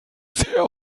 sehr